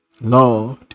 Lord